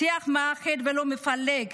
שיח מאחד ולא מפלג.